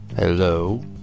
Hello